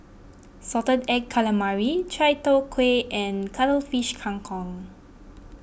Salted Egg Calamari Chai Tow Kway and Cuttlefish Kang Kong